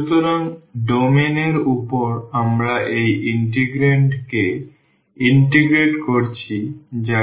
সুতরাং ডোমেইন এর উপর আমরা এই ইন্টিগ্রান্ড কে ইন্টিগ্রেট করছি যা